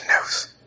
news